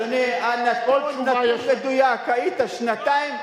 אדוני, אנא, אתה צריך להיות מדויק: היית שנתיים,